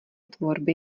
tvorby